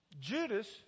Judas